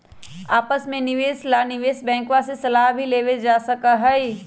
आपस के निवेश ला निवेश बैंकवा से सलाह भी लेवल जा सका हई